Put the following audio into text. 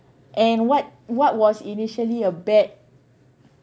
and what what was initially a bad